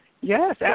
Yes